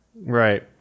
Right